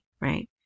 right